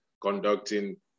conducting